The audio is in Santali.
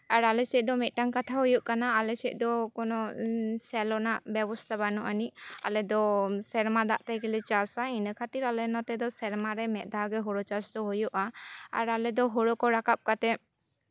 ᱟᱨ ᱟᱞᱮ ᱥᱮᱫ ᱫᱚ ᱢᱤᱫᱴᱟᱱ ᱠᱟᱛᱷᱟ ᱦᱩᱭᱩᱜ ᱠᱟᱱᱟ ᱟᱞᱮ ᱥᱮᱫ ᱫᱚ ᱠᱳᱱᱳ ᱥᱮᱞᱚ ᱨᱮᱱᱟᱜ ᱵᱮᱵᱚᱥᱛᱷᱟ ᱵᱟᱹᱱᱩᱜ ᱟᱹᱱᱤᱡ ᱟᱞᱮ ᱫᱚ ᱥᱮᱨᱢᱟ ᱫᱟᱜ ᱛᱮᱜᱮᱞᱮ ᱪᱟᱥᱼᱟ ᱤᱱᱟᱹ ᱠᱷᱟᱹᱛᱤᱨ ᱟᱞᱮ ᱱᱚᱛᱮ ᱫᱚ ᱥᱮᱨᱢᱟᱨᱮ ᱢᱤᱫ ᱫᱷᱟᱣ ᱜᱮ ᱦᱳᱲᱳ ᱪᱟᱥ ᱫᱚ ᱦᱩᱭᱩᱜᱼᱟ ᱟᱨ ᱟᱞᱮ ᱫᱚ ᱦᱳᱲᱳ ᱠᱚ ᱨᱟᱠᱟᱵᱽ ᱠᱟᱛᱮ